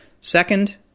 Second